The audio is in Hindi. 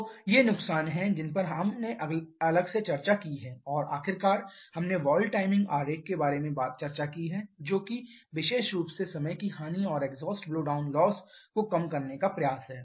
तो ये नुकसान हैं जिन पर हमने अलग से चर्चा की है और आखिरकार हमने वाल्व टाइमिंग आरेख के बारे में चर्चा की है जो कि विशेष रूप से समय की हानि और एग्जॉस्ट ब्लो डाउन लॉस को कम करने का प्रयास है